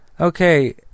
Okay